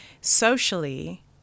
Socially